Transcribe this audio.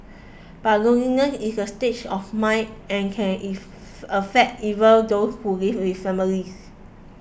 but loneliness is a state of mind and can affect even those who live with families